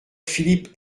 philippe